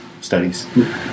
studies